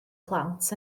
plant